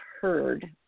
heard